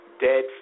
Dead